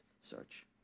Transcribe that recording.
search